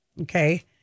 okay